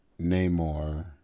Namor